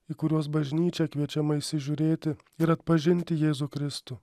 į kuriuos bažnyčia kviečiama įsižiūrėti ir atpažinti jėzų kristų